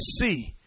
see